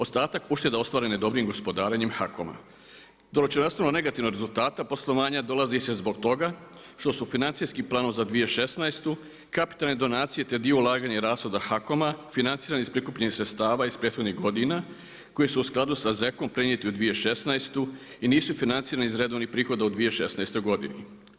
Ostatak ušteda ostvarenih dobrim gospodarenjem HAKOM-a, … negativnog rezultata poslovanja dolazi se zbog toga što su financijskim planom za 2016. kapitalne donacije, te dio ulaganja i rashoda HAKOM-a financirani iz prikupljenih sredstava iz prethodnih godina koji su u skladu sa … prenijet u 2016. i nisu financirani iz redovnih prihoda u 2016. godini.